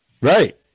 Right